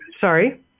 Sorry